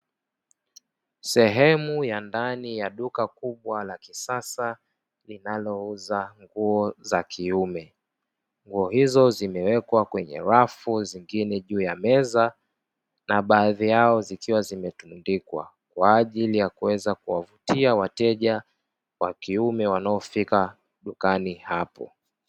Sehemu ya ndani ya duka kubwa la kisasa linalouza nguo za kiume, nguo hizo zimewekwa kwenye rafu zingine juu ya meza na baadhi yao zikiwa zimetundikwa kwa ajili ya kuweza kuwavutia wateja wakiume wanaofika dukani hapo.